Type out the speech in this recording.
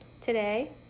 today